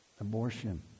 Abortion